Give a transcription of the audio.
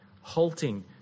halting